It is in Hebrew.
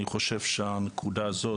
אני חושב שהנקודה הזאת,